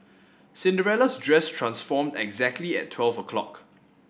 Cinderella's dress transform exactly at twelve o'clock